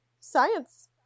science